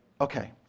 Okay